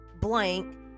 blank